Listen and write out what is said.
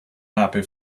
happy